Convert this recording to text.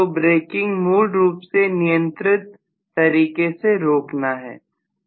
तो ब्रेकिंग मूल रूप से नियंत्रित तरीके से रोकना है